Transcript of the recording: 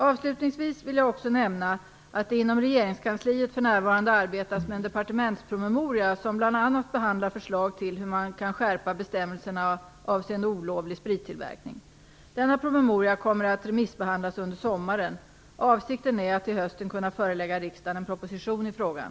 Avslutningsvis vill jag också nämna att det inom regeringskansliet för närvarande arbetas med en departementspromemoria som bl.a. behandlar förslag till hur man kan skärpa bestämmelserna avseende olovlig sprittillverkning. Denna promemoria kommer att remissbehandlas under sommaren. Avsikten är att till hösten kunna förelägga riksdagen en proposition i frågan.